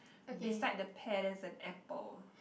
beside the pear there's an apple